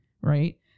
right